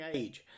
age